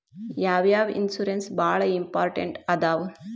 ಯಾವ್ಯಾವ ಇನ್ಶೂರೆನ್ಸ್ ಬಾಳ ಇಂಪಾರ್ಟೆಂಟ್ ಅದಾವ?